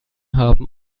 haben